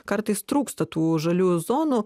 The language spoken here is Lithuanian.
kartais trūksta tų žaliųjų zonų